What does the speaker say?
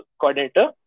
coordinator